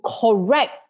correct